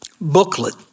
booklet